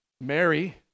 Mary